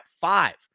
five